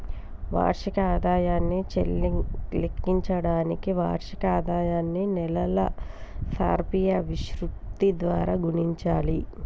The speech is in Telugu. వార్షిక ఆదాయాన్ని లెక్కించడానికి వార్షిక ఆదాయాన్ని నెలల సర్ఫియా విశృప్తి ద్వారా గుణించాలి